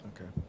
Okay